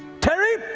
tary,